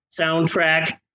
soundtrack